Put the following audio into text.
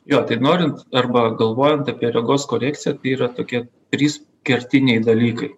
jo tai norint arba galvojant apie regos korekciją tai yra tokie trys kertiniai dalykai